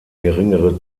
geringere